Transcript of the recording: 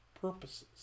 purposes